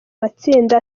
matsinda